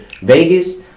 Vegas